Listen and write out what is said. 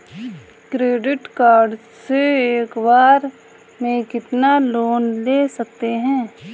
Credit card से एक बार में कितना लोन ले सकते हैं?